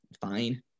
fine